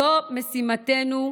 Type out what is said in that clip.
זאת משימתנו.